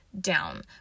Down